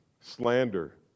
Slander